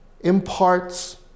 imparts